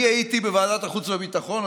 הייתי בוועדת החוץ והביטחון,